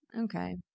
Okay